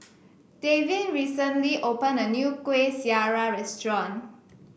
Davin recently opened a new Kuih Syara Restaurant